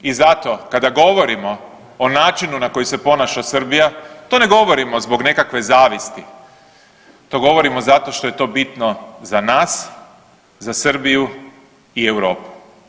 I zato kada govorimo o načinu na koji se ponaša Srbija to ne govorimo zbog nekakve zavisti, to govorimo zato što je to bitno za nas, za Srbiju i Europu.